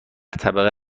طبقه